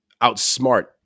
outsmart